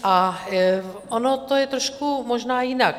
A ono to je trošku možná jinak.